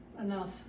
Enough